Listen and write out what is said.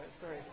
Sorry